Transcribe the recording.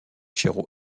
cerro